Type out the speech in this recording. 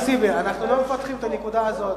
חבר הכנסת טיבי, אנחנו לא מפתחים את הנקודה הזאת.